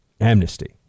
amnesty